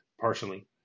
partially